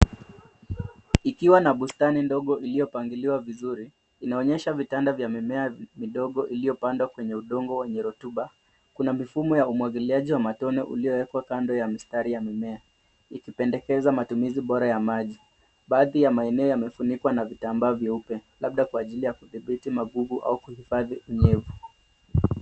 Ikiwa na bustani ndogo iliyo pangiliwa vizuri, inaonyesha vitanda vya mimea midogo iliyo pandwa kwenye udongo wenye rotuba. Kuna mifumo ya umwagiliaji wa matone iliyo wekwa kando ya mistari ya mimea ikipendekeza matumizi bora ya maji. Baadhi ya maeneo yamefunikwa na vitambaa vyeupe labda kwa ajili ya kudhibiti magugu au kuhifadhi unyevu.